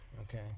Okay